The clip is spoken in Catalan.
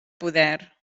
poder